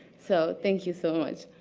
so, thank you so much.